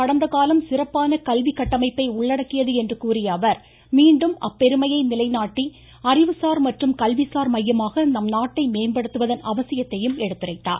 கடந்தகாலம் சிறப்பான கல்வி கட்டமைப்பை உள்ளடக்கியது என்று நம்நாட்டின் கூறிய அவர் மீண்டும் அப்பெருமையை நிலைநாட்டி அறிவுசார் மற்றும் கல்விசார் மையமாக நம்நாட்டை மேம்படுத்துவதன் அவசியத்தையும் எடுத்துரைத்தார்